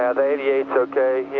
ah the eighty eight s okay,